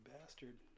bastard